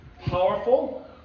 powerful